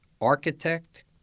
architect